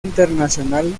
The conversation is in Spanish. internacional